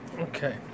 Okay